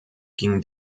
ging